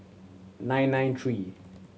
nine nine three